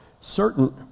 certain